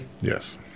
Yes